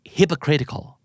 hypocritical